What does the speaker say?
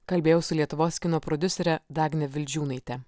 kalbėjau su lietuvos kino prodiusere dagne vildžiūnaite